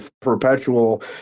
perpetual